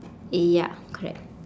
ya correct